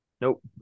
nope